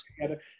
together